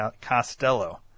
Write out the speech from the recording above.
Costello